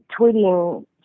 tweeting